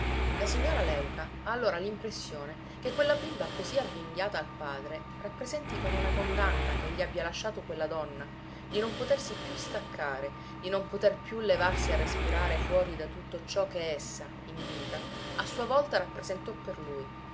la signora léuca ha allora l'impressione che quella bimba così avvinghiata al padre rappresenti come una condanna che gli abbia lasciato quella donna di non potersi più staccare di non poter più levarsi a respirare fuori da tutto ciò che essa in vita a sua volta rappresentò per lui